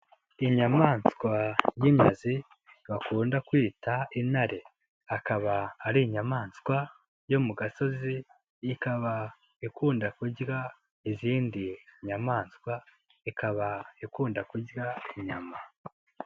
Inyamaswa y'inkazi bakunda kwita intare, akaba ari inyamaswa yo mu gasozi ikaba ikunda kurya izindi nyamaswa, ikaba ikunda kurya inyama.